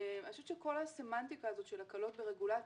כל הסמנטיקה הזאת של הקלות ברגולציה,